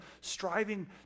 striving